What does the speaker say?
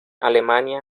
alemania